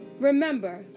remember